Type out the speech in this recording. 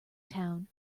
town